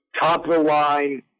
top-of-the-line